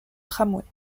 tramways